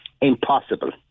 Impossible